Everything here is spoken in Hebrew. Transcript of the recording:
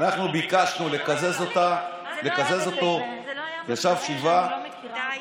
ביקשנו לקזז אותו כי הוא ישב שבעה,